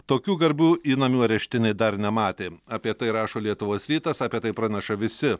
tokių garbių įnamių areštinė dar nematė apie tai rašo lietuvos rytas apie tai praneša visi